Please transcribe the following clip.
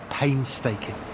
Painstaking